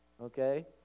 Okay